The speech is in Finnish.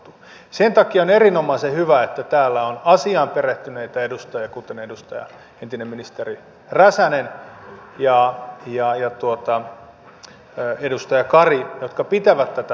sen takia on erinomaisen hyvä että täällä on asiaan perehtyneitä edustajia kuten edustaja entinen ministeri räsänen ja edustaja kari jotka pitävät tätä esillä